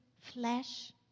flesh